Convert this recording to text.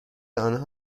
آنها